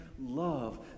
love